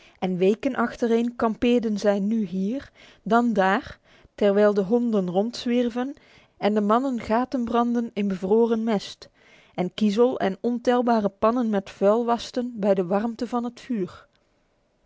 en weken achtereen kampeerden zij nu hier dan daar terwijl de honden rondzwierven en de mannen gaten brandden in bevroren mest en kiezel en ontelbare pannen met vuil wasten bij de warmte van het vuur